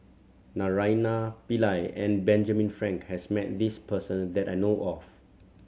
Naraina Pillai and Benjamin Frank has met this person that I know of